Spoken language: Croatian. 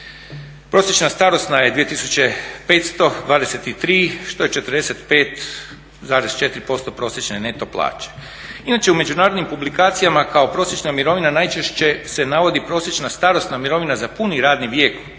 Prosječna starosna je 2500 23, što je 45,4% prosječne neto plaće. Inače u međunarodnim publikacijama kao prosječna mirovina najčešće se navodi prosječna starosna mirovina za puni radni vijek